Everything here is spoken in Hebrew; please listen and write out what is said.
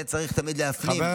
ואת זה צריך תמיד להפנים.